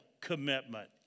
commitment